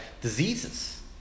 diseases